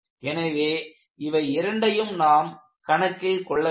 எனவே இவை இரண்டையும் நாம் கணக்கில் கொள்ளவேண்டும்